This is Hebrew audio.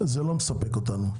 זה לא מספק אותנו.